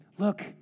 look